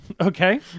Okay